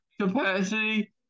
capacity